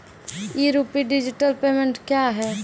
ई rupee digital payment क्या हैं?